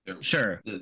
sure